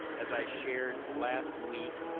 as i shared last week,